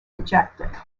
rejected